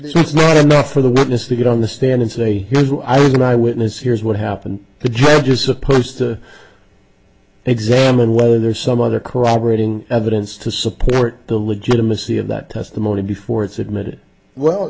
is not enough for the witness to get on the stand and say here's what i was an eye witness here's what happened the judge is supposed to examine whether there's some other corroborating evidence to support the legitimacy of that testimony before it's admitted well